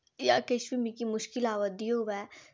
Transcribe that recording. जां किश मिगी मुश्कल आवै दी होवै